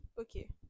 Okay